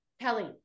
kelly